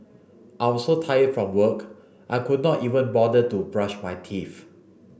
I was so tired from work I could not even bother to brush my teeth